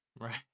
Right